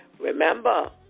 Remember